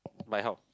like how